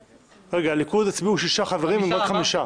רגע, הליכוד הצביעו שישה חברים במקום חמישה.